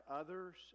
others